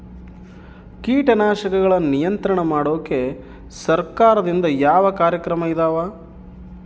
ಕೇಟನಾಶಕಗಳ ನಿಯಂತ್ರಣ ಮಾಡೋಕೆ ಸರಕಾರದಿಂದ ಯಾವ ಕಾರ್ಯಕ್ರಮ ಇದಾವ?